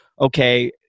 okay